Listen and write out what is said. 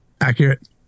accurate